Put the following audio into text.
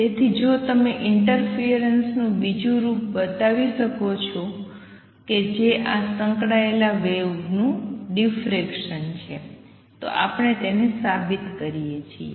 તેથી જો તમે ઈંટરફિયરન્સ નું બીજું રૂપ બતાવી શકો કે જે આ સંકળાયેલ વેવ્સનું ડિફરેકસન છે તો આપણે તેને સાબિત કરીએ છીએ